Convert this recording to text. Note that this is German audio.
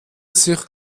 sich